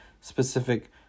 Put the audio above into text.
specific